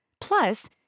Plus